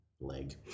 leg